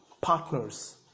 partners